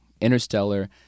Interstellar